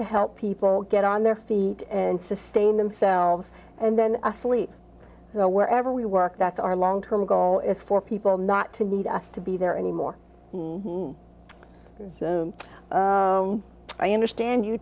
to help people get on their feet and sustain themselves and then asleep wherever we work that our long term goal is for people not to need us to be there anymore i understand you